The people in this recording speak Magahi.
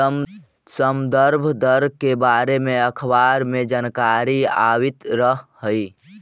संदर्भ दर के बारे में अखबार में जानकारी आवित रह हइ